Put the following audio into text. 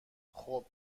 خوب